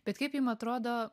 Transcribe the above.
bet kaip jum atrodo